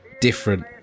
different